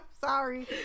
Sorry